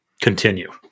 continue